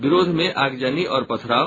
विरोध में आगजनी और पथराव